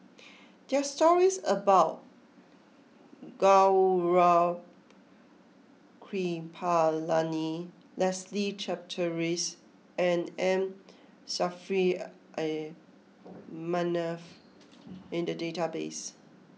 there are stories about Gaurav Kripalani Leslie Charteris and M Saffri A Manaf in the database